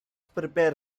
prepare